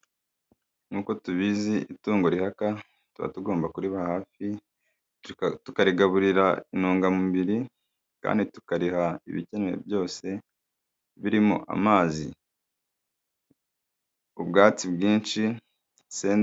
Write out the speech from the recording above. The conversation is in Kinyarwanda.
Nkuko tubizi itungo rihaka tuba tugomba kubaba hafi, tukarigaburira intungamubiri, kandi tukariha ibikenewe byose, birimo amazi, ubwatsi bwinshi...